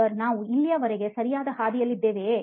sir ನಾವು ಇಲ್ಲಿಯವರೆಗೆ ಸರಿಯಾದ ಹಾದಿಯಲ್ಲಿದ್ದೇವೆಯೇ